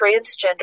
transgender